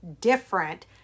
different